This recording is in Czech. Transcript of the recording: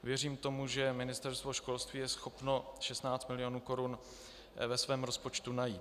Věřím tomu, že Ministerstvo školství je schopno 16 mil. korun ve svém rozpočtu najít.